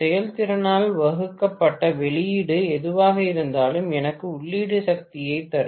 செயல்திறனால் வகுக்கப்பட்ட வெளியீடு எதுவாக இருந்தாலும் எனக்கு உள்ளீட்டு சக்தியைத் தரும்